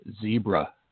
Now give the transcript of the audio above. zebra